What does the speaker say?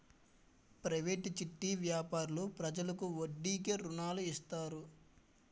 private చిట్టి వ్యాపారులు ప్రజలకు వడ్డీకి రుణాలు ఇస్తారు